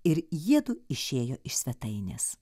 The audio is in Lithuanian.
ir jiedu išėjo iš svetainės